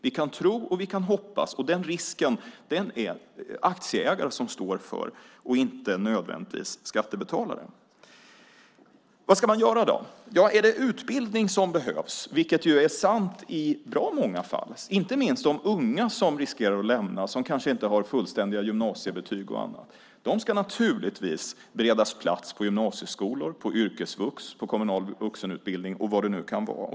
Vi kan tro och vi kan hoppas, och risken är det aktieägare som står för och inte nödvändigtvis skattebetalare. Vad ska man då göra? Ja, kanske det är utbildning som behövs, vilket är sant i bra många fall. Inte minst de unga som riskerar att få lämna och som kanske inte har fullständiga gymnasiebetyg och annat ska naturligtvis beredas plats på gymnasieskolor, på yrkesvux, på kommunal vuxenutbildning och vad det nu kan vara.